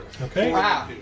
Okay